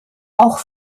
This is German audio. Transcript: auch